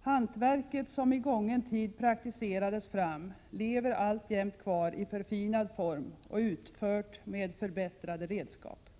Hantverket, som i gången tid praktiserades fram, lever alltjämt kvar i förfinad form och utfört med förbättrade redskap.